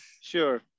sure